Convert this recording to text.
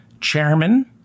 chairman